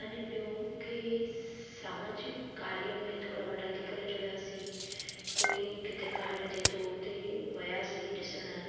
अने ॿियों खे सामाजिक कार्य में थोरा वॾा थी करे जुड़ियासीं कोई किथे कार्य थिए थो हुते वियासीं ॾिसण